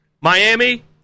Miami